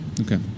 Okay